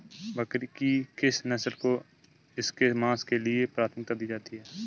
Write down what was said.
बकरी की किस नस्ल को इसके मांस के लिए प्राथमिकता दी जाती है?